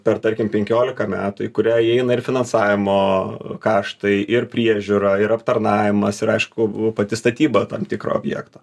per tarkim penkiolika metų į kurią įeina ir finansavimo kaštai ir priežiūra ir aptarnavimas ir aišku pati statyba tam tikro objekto